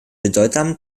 bedeutsamen